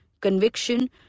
conviction